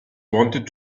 wanted